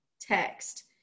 text